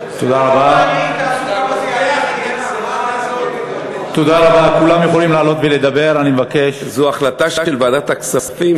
להטיל גזירה כזאת זאת החלטה של ועדת הכספים,